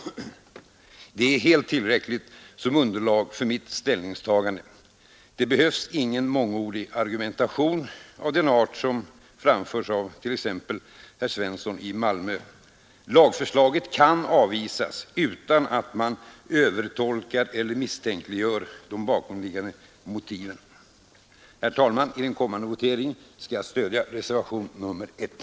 Det är helt tillräckligt som underlag för mitt ställningstagande. Det behövs ingen mångordig argumentation av den art som framförs av t.ex. herr Svensson i Malmö. Lagförslaget kan avvisas utan att man övertolkar eller misstänkliggör de bakomliggande motiven. Herr talman! I den kommande voteringen skall jag stödja reservationen 1.